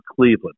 Cleveland